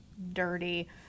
Dirty